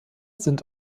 sind